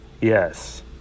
Yes